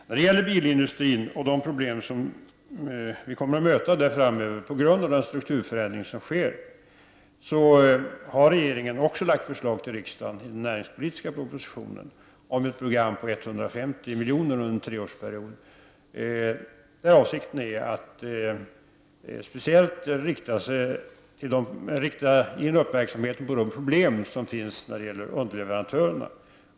När det gäller bilindustrin har regeringen, med tanke på de problem som på grund av strukturförändringen framöver kommer att uppstå på detta område, i den näringspolitiska propositionen till riksdagen lagt fram förslag om ett program omfattande 150 miljoner under en treårsperiod. Avsikten är att speciellt rikta in uppmärksamheten på de problem som finns när det gäller underleverantörerna.